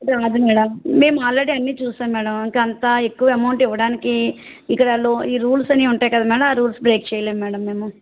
రాదు మేడం మేము ఆల్రెడీ అన్ని చూసాము మేడం ఇంకా అంత ఎక్కువ అమౌంట్ ఇవ్వడానికి ఇక్కడ లో ఈ రూల్స్ అని ఉంటాయి కదా మేడం ఆ రూల్స్ బ్రేక్ చెయ్యలేము మేడం మేము